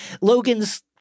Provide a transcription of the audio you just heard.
Logan's